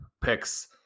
picks